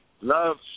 love